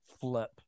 flip